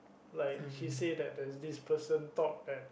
like she say that there's this person talk at